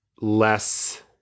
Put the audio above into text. less